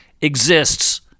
exists